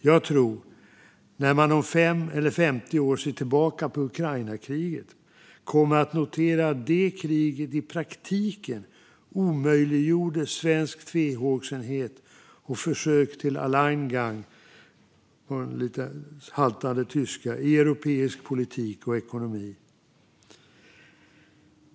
Jag tror att man när man om fem eller femtio år ser tillbaka på Ukrainakriget kommer att notera att det kriget i praktiken omöjliggjorde svensk tvehågsenhet och försök till, på lite haltande tyska, alleingang i europeisk politik och ekonomi.